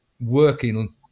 working